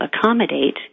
accommodate